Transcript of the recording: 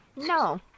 no